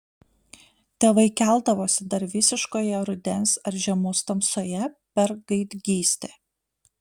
tėvai keldavosi dar visiškoje rudens ar žiemos tamsoje per gaidgystę